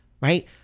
right